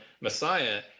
Messiah